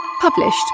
published